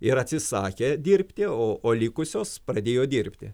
ir atsisakė dirbti o likusios pradėjo dirbti